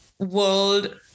World